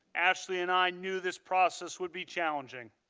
ashley and i knew this process would be challenging.